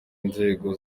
inzego